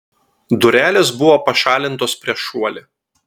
durelės buvo pašalintos prieš šuolį